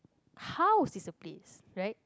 house is a place right